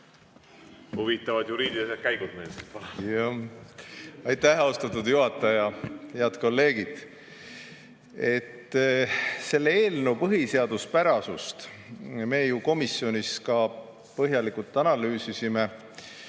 Huvitavad juriidilised käigud meil